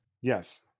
yes